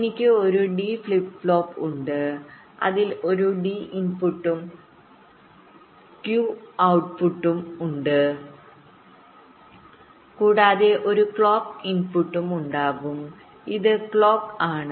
എനിക്ക് ഒരു D flip ഫ്ലോപ്പ്ഉണ്ട് അതിൽ ഒരു ഡി ഇൻപുട്ടുംക്യു ഔട്ട്പുട്ഉം ഉണ്ട് കൂടാതെ ഒരു ക്ലോക്ക് ഇൻപുട്ടുംഉണ്ടാകും ഇത് ക്ലോക്ക് ആണ്